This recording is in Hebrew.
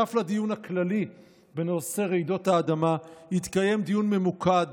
שנוסף לדיון הכללי בנושא רעידות האדמה יתקיים דיון ממוקד